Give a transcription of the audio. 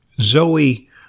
Zoe